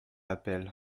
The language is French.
appel